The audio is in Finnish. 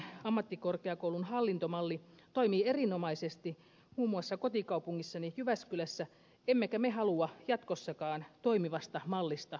osakeyhtiömuotoinen ammattikorkeakoulun hallintomalli toimii erinomaisesti muun muassa kotikaupungissani jyväskylässä emmekä me halua jatkossakaan toimivasta mallista luopua